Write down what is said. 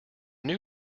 new